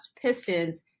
Pistons